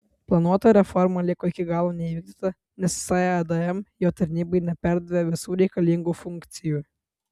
planuota reforma liko iki galo neįvykdyta nes sadm jo tarnybai neperdavė visų reikalingų funkcijų